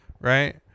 right